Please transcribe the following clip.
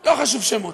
לא חשוב שמות,